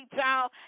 y'all